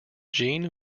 gene